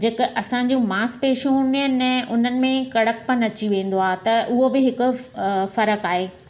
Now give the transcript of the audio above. जेका असांजूं मांसपेशियूं हूंदियूं आहिनि न उन में कड़कपन अची वेंदो आहे त उहो बि हिकु फ़र्क़ु आहे